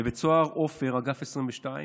בבית סוהר עופר, אגף 22,